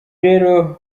rero